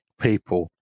people